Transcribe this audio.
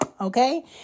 okay